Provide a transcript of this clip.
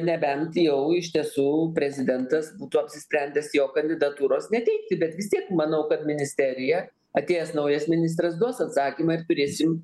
nebent jau iš tiesų prezidentas būtų apsisprendęs jo kandidatūros neteikti bet vis tiek manau kad ministerija atėjęs naujas ministras duos atsakymą ir turėsim